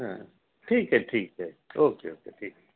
हं ठीक आहे ठीक आहे ओके ओके ठीक